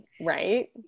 right